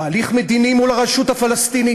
תהליך מדיני מול הרשות הפלסטינית,